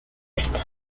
esta